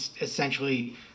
essentially